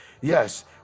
yes